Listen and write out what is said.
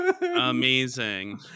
Amazing